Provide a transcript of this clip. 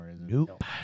Nope